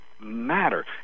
matter